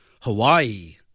Hawaii